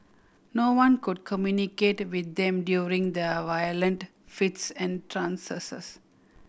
no one could communicate with them during their violent fits and trances